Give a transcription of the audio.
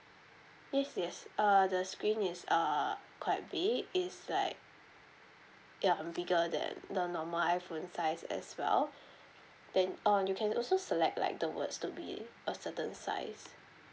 yes yes uh the screen is err quite big it's like ya bigger than the normal iphone size as well then uh you can also select like the words to be a certain size